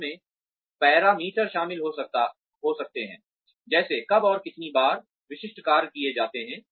जिसमें पैरामीटर शामिल हो सकते हैं जैसे कब और कितनी बार विशिष्ट कार्य किए जाते हैं